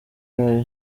yayo